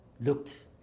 looked